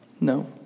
No